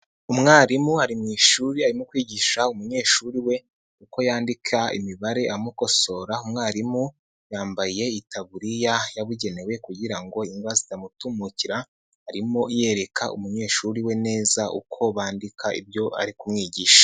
Umwarimu ari mu ishuri, arimo kwigisha umunyeshuri we, uko yandika imibare amukosora umwarimu yambaye itaburiya yabugenewe kugira ngo ingwa zitamutumukira, arimo yereka umunyeshuri we neza, uko bandika ibyo ari kumwigisha.